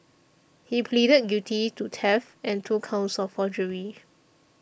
he pleaded guilty to theft and two counts of forgery